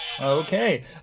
Okay